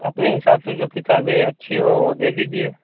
अपने हिसाब से जो किताबें अच्छी हों वो दे दीजिए